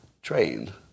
Trained